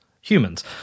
humans